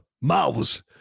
mouths